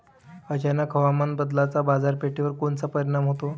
अचानक हवामान बदलाचा बाजारपेठेवर कोनचा परिणाम होतो?